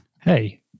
Hey